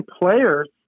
players